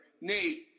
Nate